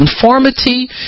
Conformity